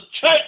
church